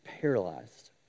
paralyzed